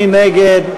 מי נגד?